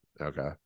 okay